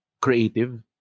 creative